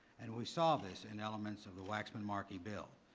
and we saw this in elements of the waxman-markey bill.